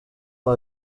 uwo